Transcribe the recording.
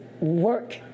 work